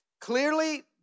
clearly